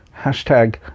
Hashtag